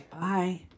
Bye